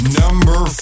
number